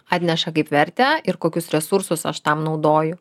atneša kaip vertę ir kokius resursus aš tam naudoju